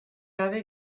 gabe